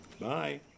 Bye